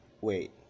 Wait